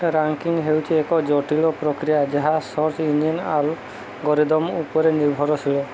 ranking ହେଉଛି ଏକ ଜଟିଳ ପ୍ରକ୍ରିୟା ଯାହା ସର୍ଚ୍ଚ୍ ଇଞ୍ଜିନ୍ ଆଲଗୋରିଦମ୍ ଉପରେ ନିର୍ଭରଶୀଳ